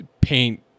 paint